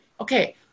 okay